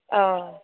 ஆ